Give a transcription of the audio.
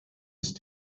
ist